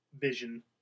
vision